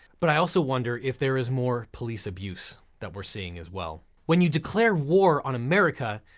but i also wonder if there is more police abuse that we're seeing as well. when you declare war on america,